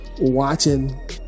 watching